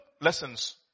lessons